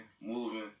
moving